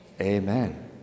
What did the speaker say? amen